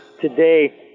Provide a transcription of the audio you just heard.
today